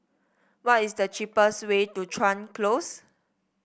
what is the cheapest way to Chuan Close